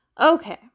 Okay